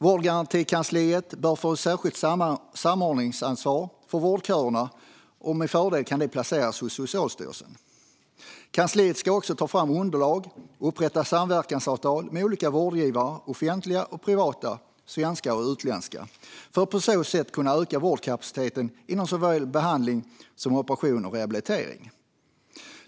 Vårdgarantikansliet bör få ett särskilt samordningsansvar för vårdköerna, och med fördel kan det placeras hos Socialstyrelsen. Kansliet ska också ta fram underlag och upprätta samverkansavtal med olika vårdgivare - offentliga och privata, svenska och utländska - för att på så sätt kunna öka vårdkapaciteten inom såväl behandling som operation och rehabilitering.